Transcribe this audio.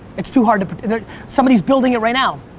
it's too hard to predict. someone's building right now.